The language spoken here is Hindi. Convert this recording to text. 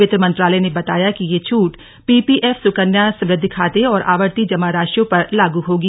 वित्त मंत्रालय ने बताया कि यह छट पीपीएफ सुकन्या समृद्धि खाते और आवर्ती जमा राशियों पर लागू होगी